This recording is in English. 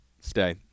stay